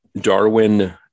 Darwin